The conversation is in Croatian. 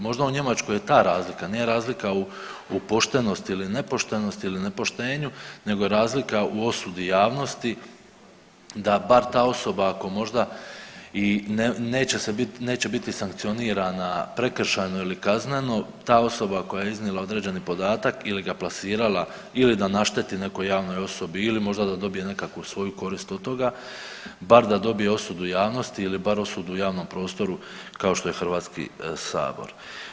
Možda u Njemačkoj je ta razlika, nije razlika u poštenosti ili nepoštenosti ili nepoštenju nego je razlika u osudi javnosti da bar ta osoba ako možda i neće se biti, neće biti sankcionirana prekršajno ili kazneno ta osoba koja je iznila određeni podatak ili ga plasirala ili da našteti nekoj javnoj osobi ili možda da dobije nekakvu svoju korist od toga bar da dobije osudu javnosti ili bar osudu u javnom prostoru kao što je Hrvatski sabor.